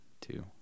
two